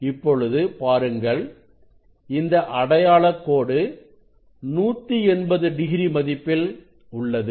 இப்பொழுது பாருங்கள் இந்த அடையாள கோடு 180 டிகிரி மதிப்பில் உள்ளது